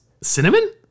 cinnamon